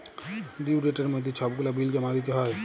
due ডেটের মইধ্যে ছব গুলা বিল জমা দিতে হ্যয়